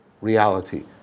reality